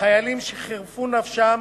לחיילים שחירפו נפשם